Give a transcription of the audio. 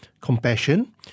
compassion